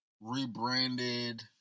rebranded